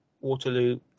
Waterloo